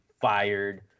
fired